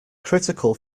critical